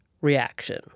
reaction